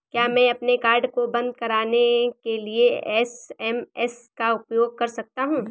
क्या मैं अपने कार्ड को बंद कराने के लिए एस.एम.एस का उपयोग कर सकता हूँ?